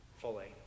fully